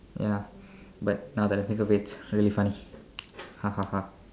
ya but now that I think of it really funny ha ha ha